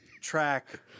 Track